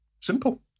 Simple